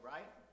Right